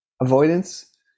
avoidance